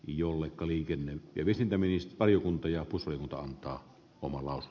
jouluaika liikenne ja viestintäministeriö kunta ja usan donkkaa humala